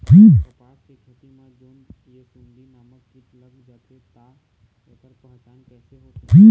कपास के खेती मा जोन ये सुंडी नामक कीट लग जाथे ता ऐकर पहचान कैसे होथे?